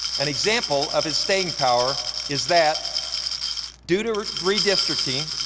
an example of his staying power is that due to redistricting,